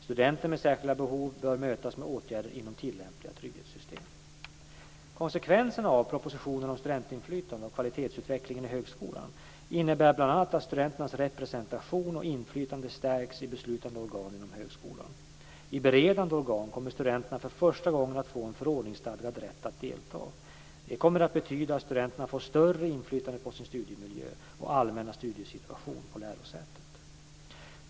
Studenter med särskilda behov bör mötas med åtgärder inom tillämpliga trygghetssystem. Konsekvenserna av propositionen om studentinflytande och kvalitetsutveckling i högskolan innebär bl.a. att studenternas representation och inflytande stärks i beslutande organ inom högskolan. I beredande organ kommer studenterna för första gången att få en förordningsstadgad rätt att delta. Det kommer att betyda att studenterna får större inflytande på sin studiemiljö och allmänna studiesituation på lärosätet.